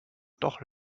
doch